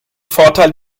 vorteil